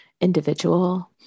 individual